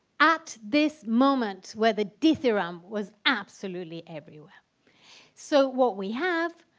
at this moment where the dithyramb was absolutely everywhere so what we have